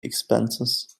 expenses